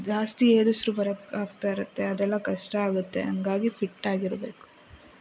ಜಾಸ್ತಿ ಏದುಸಿರು ಬರೋಕೆ ಆಗ್ತಾಯಿರುತ್ತೆ ಅದೆಲ್ಲ ಕಷ್ಟ ಆಗುತ್ತೆ ಹಾಗಾಗಿ ಫಿಟ್ ಆಗಿರಬೇಕು